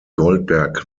goldberg